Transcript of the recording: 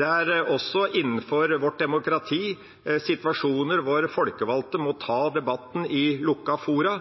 Det er også innenfor vårt demokrati situasjoner hvor våre folkevalgte må ta debatten i lukkete fora.